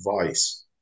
advice